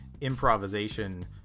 improvisation